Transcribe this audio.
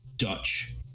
dutch